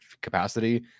capacity